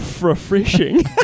Refreshing